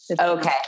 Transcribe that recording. Okay